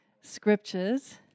scriptures